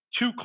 two